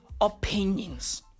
opinions